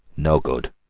no good.